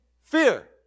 fear